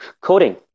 coding